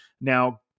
Now